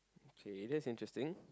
okay that's interesting